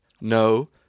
no